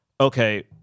okay